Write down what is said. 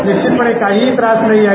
निश्चितपणे काहीही त्रास नाही आहे